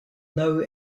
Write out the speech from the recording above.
now